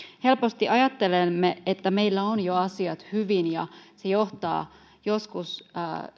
helposti ajattelemme että meillä on jo asiat hyvin ja se johtaa joskus